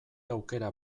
aukera